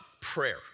prayer